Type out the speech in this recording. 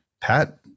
Pat